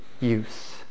use